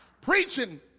preaching